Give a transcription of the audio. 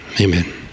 amen